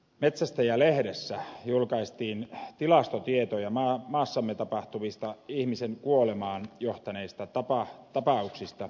metsästäjä lehdessä julkaistiin tilastotietoja maassamme tapahtuneista ihmisen kuolemaan johtaneista tapauksista viime vuodelta